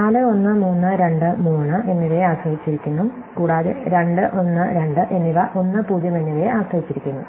4 1 3 2 3 എന്നിവയെ ആശ്രയിച്ചിരിക്കുന്നു കൂടാതെ 2 1 2 എന്നിവ 1 0 എന്നിവയെ ആശ്രയിച്ചിരിക്കുന്നു